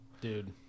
dude